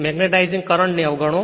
magnetising current ને અવગણો